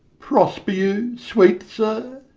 prosper you, sweet sir!